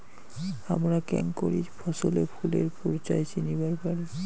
হামরা কেঙকরি ফছলে ফুলের পর্যায় চিনিবার পারি?